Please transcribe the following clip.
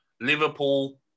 Liverpool